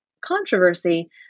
controversy